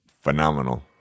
phenomenal